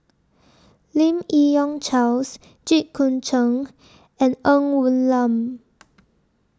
Lim Yi Yong Charles Jit Koon Ch'ng and Ng Woon Lam